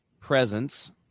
presence